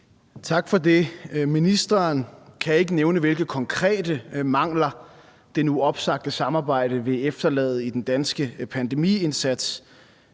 Tak for det. Ministeren kan ikke nævne, hvilke konkrete mangler det nu opsagte samarbejde vil efterlade i den danske pandemiindsats,